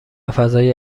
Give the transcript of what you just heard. فضای